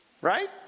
Right